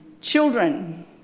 Children